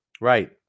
Right